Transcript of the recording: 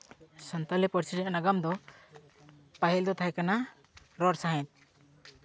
ᱥᱟᱱᱛᱟᱞᱤ ᱯᱟᱹᱨᱥᱤ ᱨᱮᱱᱟᱜ ᱱᱟᱜᱟᱢ ᱫᱚ ᱯᱟᱹᱦᱤᱞ ᱫᱚ ᱛᱟᱦᱮᱸ ᱠᱟᱱᱟ ᱨᱚᱲ ᱥᱟᱶᱦᱮᱫ